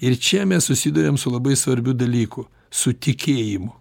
ir čia mes susiduriam su labai svarbiu dalyku su tikėjimu